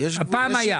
פעם היה.